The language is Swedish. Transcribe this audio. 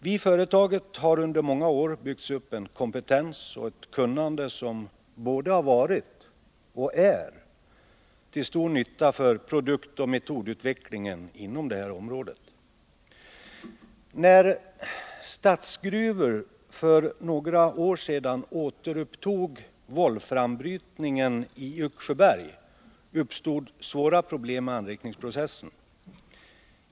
Vid företaget har under många år byggts upp en kompetens och ett kunnande som både har varit och är till stor nytta för produktoch metodutvecklingen inom det här området. När Statsgruvor för några år sedan återupptog wolframbrytningen i Yxsjöberg uppstod svåra 169 problem med anrikningsprocessen.